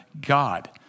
God